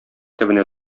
төбенә